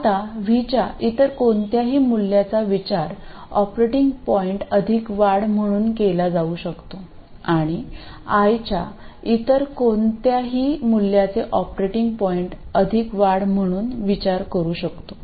आता V च्या इतर कोणत्याही मूल्याचा विचार ऑपरेटिंग पॉईंट अधिक वाढ म्हणून केला जाऊ शकतो आणि I च्या इतर कोणत्याही मूल्याचे ऑपरेटिंग पॉईंट अधिक वाढ म्हणून विचार करू शकतो